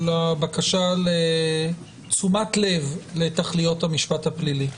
לבקשה לתשומת לב לתכליות המשפט הפלילי.